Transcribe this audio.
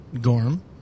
Gorm